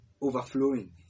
overflowing